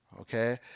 Okay